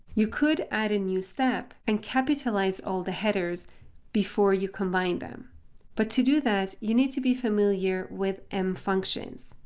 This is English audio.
you could add a new step and capitalize all the headers before you combine them but to do that, you need to be familiar with m functions.